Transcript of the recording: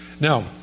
Now